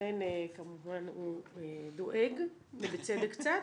לכן כמובן הוא דואג ובצדק קצת.